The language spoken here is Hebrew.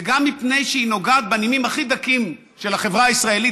וגם מפני שהיא נוגעת בנימים הכי דקים של החברה הישראלית,